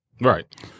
right